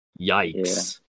Yikes